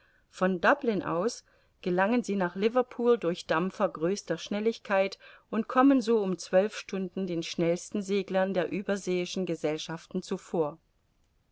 von dublin aus gelangen sie nach liverpool durch dampfer größter schnelligkeit und kommen so um zwölf stunden den schnellsten seglern der überseeischen gesellschaften zuvor